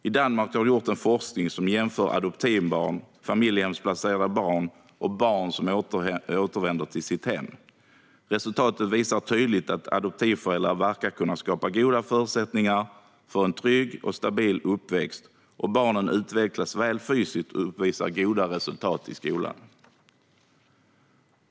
I Danmark har det gjorts forskning som jämför adoptivbarn, familjehemsplacerade barn och barn som återvänder till sina hem. Resultatet visar tydligt att adoptivföräldrar verkar kunna skapa goda förutsättningar för en trygg och stabil uppväxt, och barnen utvecklas väl fysiskt och uppvisar goda resultat i skolan.